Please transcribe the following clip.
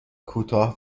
کوتاه